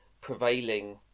prevailing